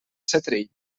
setrill